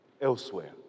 elsewhere